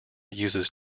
uses